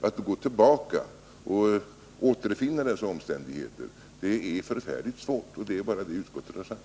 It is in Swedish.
Att gå tillbaka och återfinna dessa omständigheter är förfärligt svårt. Det är bara det utskottet har sagt.